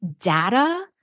data